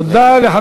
לסיים.